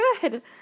good